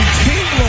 team